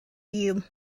you